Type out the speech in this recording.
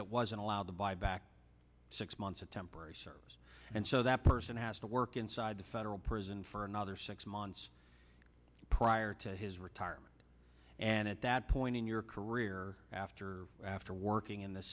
that wasn't allowed to buy back six months of temporary service and so that person has to work inside the federal prison for another six months prior to his retirement and at that point in your career after after working in the